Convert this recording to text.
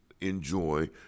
enjoy